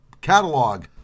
catalog